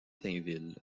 tinville